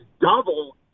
double